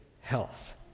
health